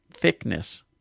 thickness